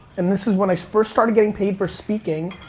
and this is when i first started getting paid for speaking.